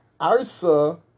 Arsa